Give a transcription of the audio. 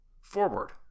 forward